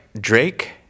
Drake